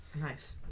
Nice